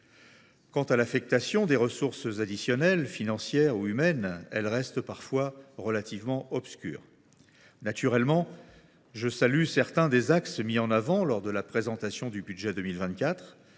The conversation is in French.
Quant à l’affectation des ressources additionnelles, financières ou humaines, elle reste parfois assez obscure. Naturellement, je salue certains des axes mis en avant lors de la présentation du budget pour